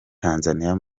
tanzania